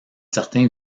certains